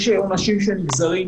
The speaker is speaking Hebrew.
יש עונשים שנגזרים,